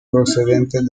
procedente